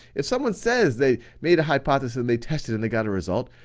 if someone says they made a hypothesis and they tested and they got a result,